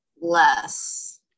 Less